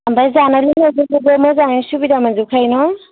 ओमफाय जानाय लोंनायफोरखौबो मोजाङै सुबिदा मोनजोब खायो न